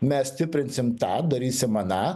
mes stiprinsim tą darysim aną